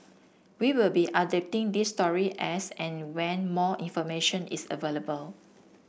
we will be updating this story as and when more information is available